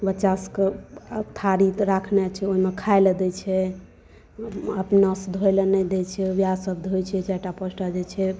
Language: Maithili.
बच्चा सभके थारी राखने छै ओहिमे खाइलए दै छै अपना सँ धोइलए नहि दै छै वएह सब धोइ छै चारि टा पाँच टा जे छै